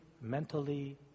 mentally